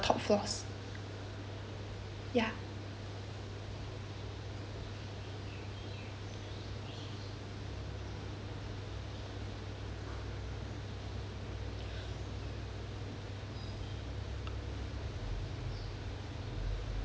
ya